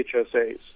HSAs